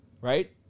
right